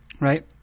right